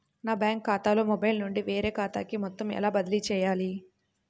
నా బ్యాంక్ ఖాతాలో మొబైల్ నుండి వేరే ఖాతాకి మొత్తం ఎలా బదిలీ చేయాలి?